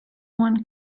one